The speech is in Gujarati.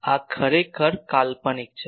હવે આ ખરેખર કાલ્પનિક છે